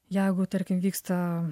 jeigu tarkim vyksta